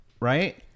right